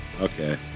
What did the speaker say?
Okay